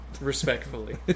Respectfully